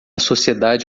sociedade